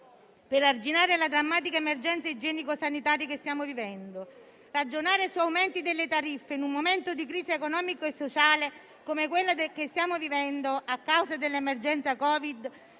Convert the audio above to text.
per arginare la drammatica emergenza igienico-sanitaria che stiamo vivendo. Ragionare su aumenti delle tariffe in un momento di crisi economica e sociale come quella che stiamo vivendo a causa dell'emergenza Covid,